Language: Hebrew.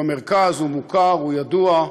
הוא במרכז, הוא מוכר, הוא ידוע.